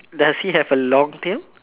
does he have a long tail